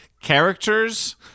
characters